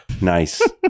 Nice